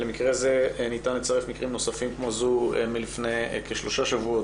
למקרה הזה ניתן להוסיף מקרים נוספים כמו זו מלפני כמה שבועות,